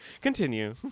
Continue